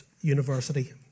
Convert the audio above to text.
university